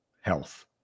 health